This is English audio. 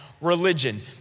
religion